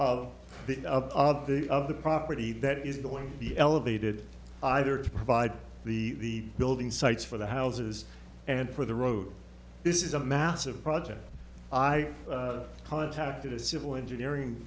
the of the property that is the one the elevated either to provide the building sites for the houses and for the road this is a massive project i contacted a civil engineering